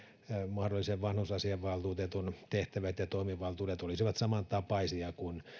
mahdollisen vanhusasiavaltuutetun tehtävät ja toimivaltuudet olisivat samantapaisia kuin